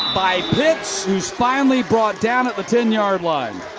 by pitts who is finally brought down at but ten yard line.